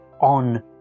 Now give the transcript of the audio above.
on